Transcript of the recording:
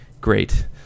great